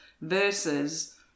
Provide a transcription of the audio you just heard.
versus